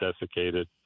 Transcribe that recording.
desiccated